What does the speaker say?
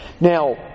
Now